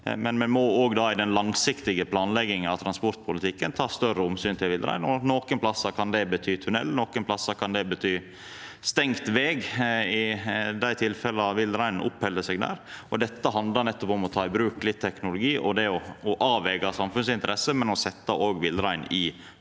men me må i den langsiktige planlegginga av transportpolitikken ta større omsyn til villreinen. Nokon plassar kan det bety tunnel, nokon plassar kan det bety stengd veg, i dei tilfella villreinen oppheld seg der. Dette handlar nettopp om å ta i bruk litt teknologi og det å avvega samfunnsinteresser, men òg om å setja villreinen